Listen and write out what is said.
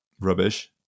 rubbish